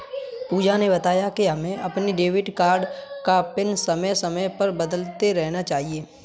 पूजा ने बताया कि हमें अपने डेबिट कार्ड का पिन समय समय पर बदलते रहना चाहिए